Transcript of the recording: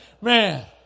man